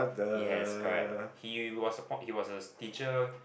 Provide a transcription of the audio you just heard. yes correct he was support he was a teacher